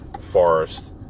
forest